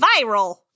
viral